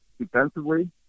defensively